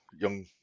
young